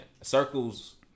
Circles